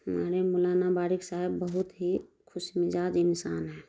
ہمارے مولانا بارک صاحب بہت ہی خوش مزاج انسان ہیں